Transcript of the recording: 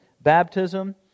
baptism